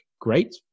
great